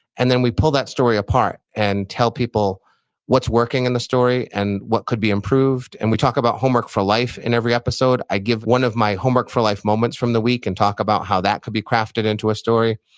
and then we pull that story apart and tell people what's working in the story and what could be improved, and we talk about homework for life in every episode. i give one of my homework for life moments from the week and talk about how that could be crafted into a story.